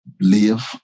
live